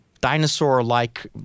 dinosaur-like